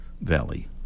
Valley